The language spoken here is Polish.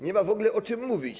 Nie ma w ogóle o czym mówić.